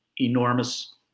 enormous